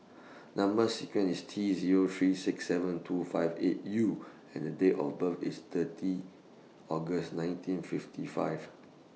Number sequence IS T Zero three six seven two five eight U and Date of birth IS thirty August nineteen fifty five